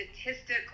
statistical